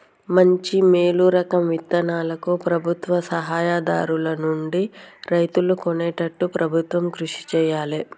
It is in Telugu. మంచి మేలు రకం విత్తనాలను ప్రభుత్వ సలహా దారుల నుండి రైతులు కొనేట్టు ప్రభుత్వం కృషి చేయాలే